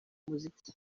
muziki